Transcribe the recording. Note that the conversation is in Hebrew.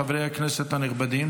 חברי הכנסת הנכבדים,